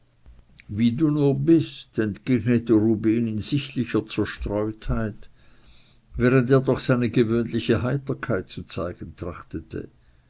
wie du nur bist entgegnete rubehn in sichtlicher zerstreutheit während er doch seine gewöhnliche heiterkeit zu zeigen